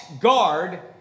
guard